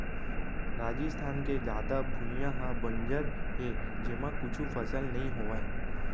राजिस्थान के जादा भुइयां ह बंजर हे जेमा कुछु फसल नइ होवय